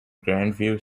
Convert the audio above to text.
grandview